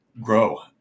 grow